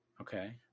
Okay